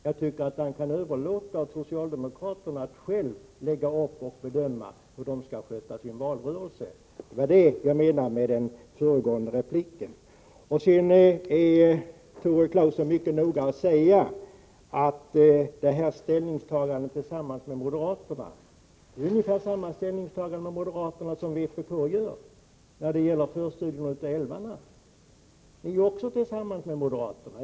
Jag tycker bara att han kan överlåta åt socialdemokraterna att själva bedöma hur de skall sköta sin valrörelse. Det är detta jag menade i min föregående replik. Sedan är Tore Claeson mycket noga med att säga att det här är ett ställningstagande med moderaterna. Det är ungefär detsamma som att vpk har samma uppfattning som moderaterna i fråga om förstudien av älvarna. Det är också ett ställningstagande tillsammans med moderaterna.